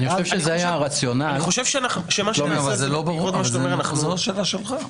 שלומי, אבל זה לא ברור, זו השאלה שלך.